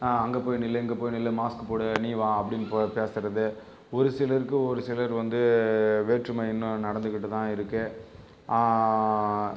அங்கே போய் நில்லு இங்கே போய் நில்லு மாஸ்க் போடு நீ வா அப்படின்னு ப பேசுகிறது ஒரு சிலருக்கு ஒரு சிலர் வந்து வேற்றுமை இன்னும் நடந்துக்கிட்டு தான் இருக்குது